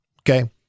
Okay